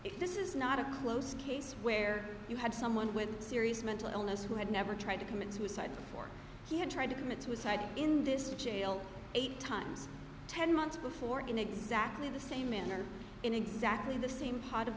if this is not a close case where you had someone with serious mental illness who had never tried to commit suicide before he had tried to commit suicide in this jail eight times ten months before in exactly the same manner in exactly the same part of